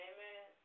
Amen